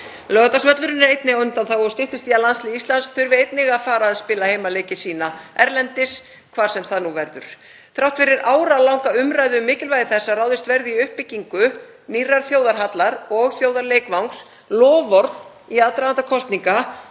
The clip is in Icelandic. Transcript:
Laugardalsvöllurinn er einnig á undanþágu og styttist í að landslið Íslands í fótbolta þurfi að fara að spila heimaleiki sína erlendis, hvar sem það nú verður. Þrátt fyrir áralanga umræðu um mikilvægi þess að ráðist verði í uppbyggingu nýrrar þjóðarhallar og þjóðarleikvangs, loforð í aðdraganda kosninga,